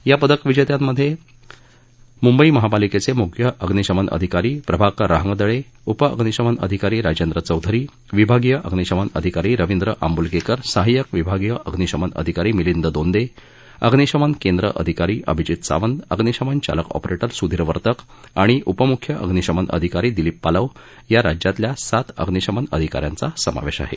या पदकं विजेत्यांमधे मुंबई पालिकेचे मुख्य अग्निशमन अधिकारी प्रभाकर रहांगद उप अग्निशमन अधिकारी राजेंद्र चौधरी विभागीय अग्निशमन अधिकारी रवींद्र आंबुलगेकर सहाय्यक विभागीय अग्निशमन अधिकारी मिलिंद दोंदे अग्निशमन केंद्र अधिकारी अभिजित सावंत अग्निशमन चालक ऑपरेटर सुधीर वर्तक आणि उपमुख्य अग्निशमन अधिकारी दिलीप पालव या राज्यातल्या सात अग्निशमन अधिका यांचा समावेश आहे